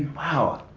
wow.